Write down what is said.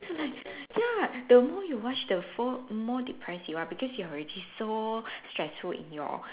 so like ya the more you watch the for more depressed you are because you are already so stressful in your